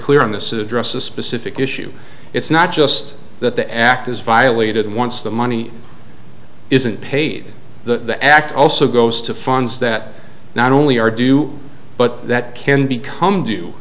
clear on this address a specific issue it's not just that the act is violated once the money isn't paid the act also goes to funds that not only are due but that can become do